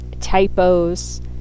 typos